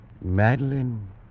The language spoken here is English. Madeline